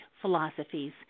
philosophies